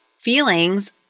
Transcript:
feelings